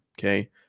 Okay